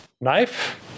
knife